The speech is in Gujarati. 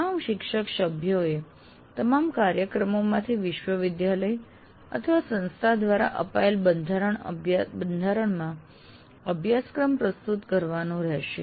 તમામ શિક્ષક સભ્યોએ તમામ કાર્યક્રમોમાંથી વિશ્વવિદ્યાલય અથવા સંસ્થા દ્વારા આપેલ બંધારણમાં અભ્યાસક્રમ પ્રસ્તુત કરવાનો રહેશે